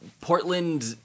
Portland